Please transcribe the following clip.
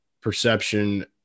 perception